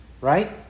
Right